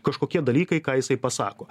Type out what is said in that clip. kažkokie dalykai ką jisai pasako